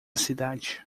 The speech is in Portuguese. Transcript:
cidade